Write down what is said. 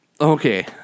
okay